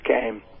came